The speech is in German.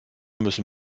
müssen